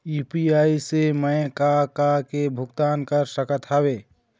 UPI से मैं का का के भुगतान कर सकत हावे?